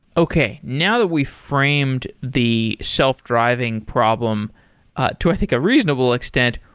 okay. now that we've framed the self-driving problem to i think a reasonable extent,